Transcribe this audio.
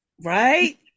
Right